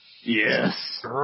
Yes